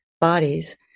bodies